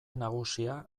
nagusia